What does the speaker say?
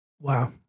Wow